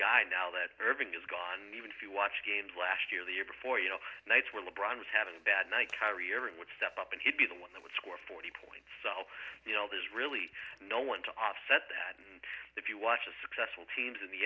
guy now that irving is gone even if you watch games last year the year before you know nights where le bron was having a bad night carrier and would step up and he'd be the one that would score forty points so there's really no one to offset that and if you watch a successful teams in the